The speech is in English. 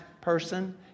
person